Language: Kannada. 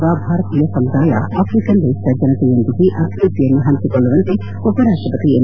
ಮಲಾವಿಯಲ್ಲಿರುವ ಭಾರತೀಯ ಸಮುದಾಯ ಆಫ್ರಿಕನ್ ದೇಶದ ಜನತೆಯೊಂದಿಗೆ ಅಭಿವೃದ್ದಿಯನ್ನು ಹಂಚಿಕೊಳ್ಳುವಂತೆ ಉಪರಾಷ್ಟಪತಿ ಎಂ